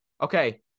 Okay